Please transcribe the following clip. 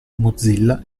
mozilla